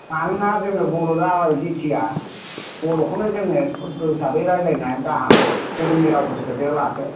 मानोना जोङो बर' जाबाय जेथिया बर'खौनो जोङो सुद्द' हिसाबै रायलायनाया गाहाम गुबुननि रावखौ सोदेरा लासे